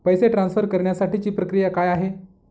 पैसे ट्रान्सफर करण्यासाठीची प्रक्रिया काय आहे?